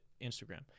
instagram